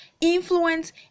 influence